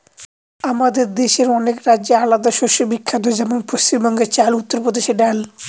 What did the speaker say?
আমাদের দেশের অনেক রাজ্যে আলাদা শস্য বিখ্যাত যেমন পশ্চিম বাংলায় চাল, উত্তর প্রদেশে ডাল